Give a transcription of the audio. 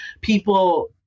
people